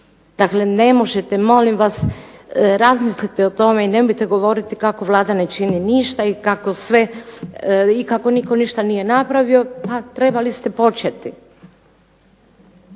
Dakle, ne možete molim vas i razmislite o tome i nemojte govoriti kako Vlada ne čini ništa i kako nitko nije ništa napraviti, pa trebali ste početi.